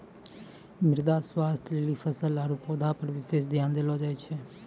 मृदा स्वास्थ्य लेली फसल आरु पौधा पर विशेष ध्यान देलो जाय छै